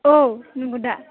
औ नंगौदा